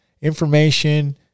Information